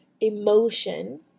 emotion